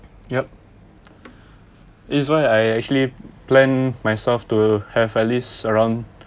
yup this is why I actually plan myself to have at least around